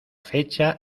fecha